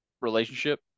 relationship